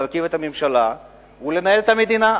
להרכיב את הממשלה ולנהל את המדינה.